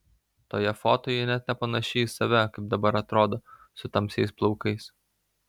toje foto ji net nepanaši į save kaip dabar atrodo su tamsiais plaukais